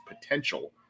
potential